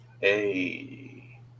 Hey